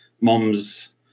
moms